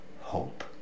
hope